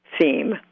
theme